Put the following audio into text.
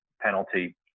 penalty